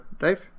Dave